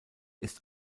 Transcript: ist